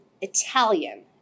Italian